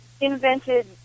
invented